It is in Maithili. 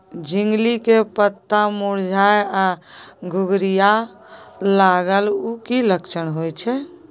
झिंगली के पत्ता मुरझाय आ घुघरीया लागल उ कि लक्षण होय छै?